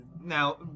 Now